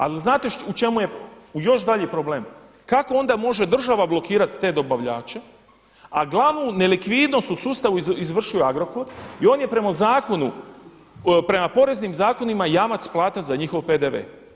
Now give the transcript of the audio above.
Ali znate u čemu je još dalji problem? kako onda može država blokirati te dobavljače, a glavnu nelikvidnost u sustavu izvršio Agrokor i on je prema poreznim zakonima jamac plata za njihov PDV.